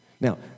Now